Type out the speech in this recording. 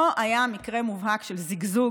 פה היה מקרה מובהק של זיגזוג,